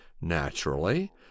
naturally